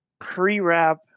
pre-wrap